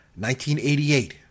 1988